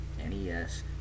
NES